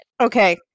okay